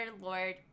Lord